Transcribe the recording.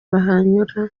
bahanyura